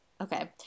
Okay